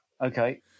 Okay